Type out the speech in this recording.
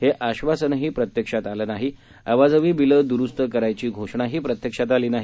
हे आश्वासनही प्रत्यक्षात आलं नाही अवाजवी बिलं दुरुस्त करण्याची घोषणाही प्रत्यक्षात आली नाही